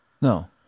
No